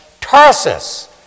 Tarsus